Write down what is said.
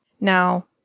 Now